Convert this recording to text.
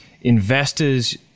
investors